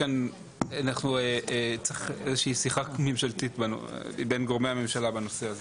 צריך שיחה ממשלתית בין גורמי הממשלה בנושא הזה.